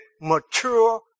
mature